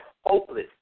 hopeless